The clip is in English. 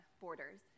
borders